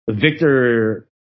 Victor